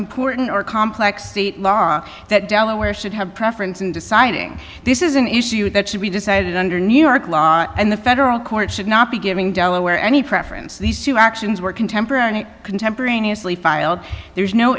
important or complex state law that delaware should have preference in deciding this is an issue that should be decided under new york law and the federal court should not be giving delaware any preference these two actions were contemporary contemporaneously filed there's no